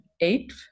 eight